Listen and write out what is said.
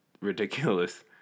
ridiculous